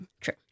True